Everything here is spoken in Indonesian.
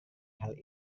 hal